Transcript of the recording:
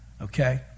Okay